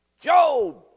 Job